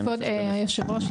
כבוד היושב ראש,